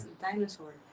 Dinosaur